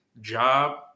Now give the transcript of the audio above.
job